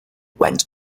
went